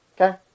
Okay